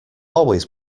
always